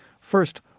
first